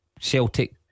Celtic